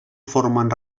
formen